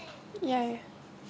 ya